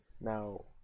Now